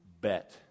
bet